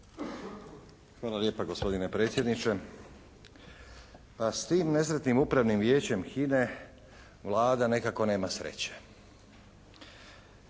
Hvala lijepa gospodine predsjedniče. Pa s tim nesretnim Upravnim vijećem HINA-e Vlada nekako nema sreće.